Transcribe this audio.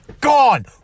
gone